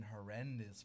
horrendous